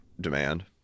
demand